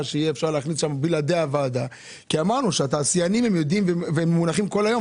שאפשר יהיה להוסיף דברים בלי הוועדה.